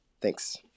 thanks